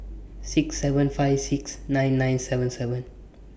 six seven five six nine nine seven seven